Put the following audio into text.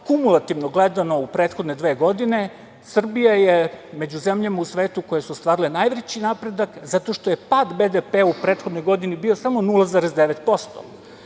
kumulativno gledano u prethodne dve godine Srbija je među zemljama u svetu koje su ostvarile najveći napredak zato što je pad BDP u prethodnoj godini bio samo 0,9%